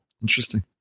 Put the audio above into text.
Interesting